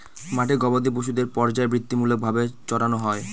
মাঠে গোবাদি পশুদের পর্যায়বৃত্তিমূলক ভাবে চড়ানো হয়